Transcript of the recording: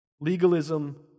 Legalism